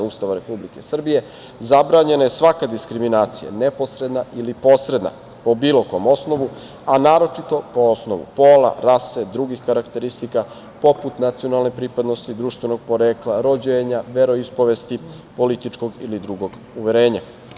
Ustava Republike Srbije zabranjena je svaka diskriminacija, neposredna ili posredna, po bilo kom osnovu, a naročito po osnovu pola, rase, drugih karakteristika, poput nacionalne pripadnosti, društvenog porekla, rođenja, veroispovesti, političkog ili drugog uverenja.